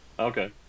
okay